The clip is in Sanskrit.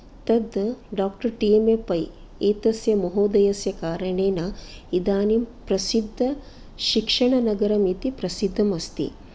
तद् doctor T M A Pai एतस्य महोदयस्य कारणेन इदानीं प्रसिद्धशिक्षणनगरम् इति प्रसिद्धम् अस्ति